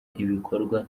ibikorwa